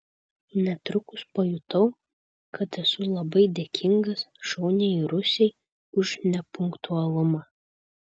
netrukus pajutau kad esu labai dėkingas šauniajai rusei už nepunktualumą